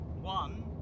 One